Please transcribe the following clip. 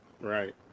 Right